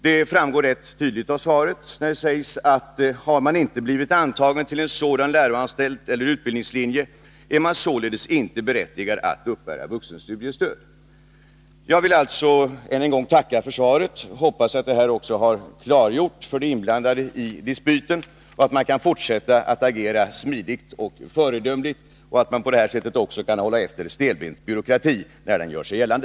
Det framgår ganska tydligt av svaret, där det sägs: ”Har man inte blivit antagen till en sådan läroanstalt eller utbildningslinje, är man således inte berättigad att uppbära vuxenstudiestöd.” Jag vill än en gång tacka för svaret. Jag hoppas att det har klargjort för de inblandade i dispyten att man kan fortsätta att agera smidigt och föredömligt och att man på detta sätt kan hålla efter stelbent byråkrati när den gör sig gällande.